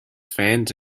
fans